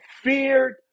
feared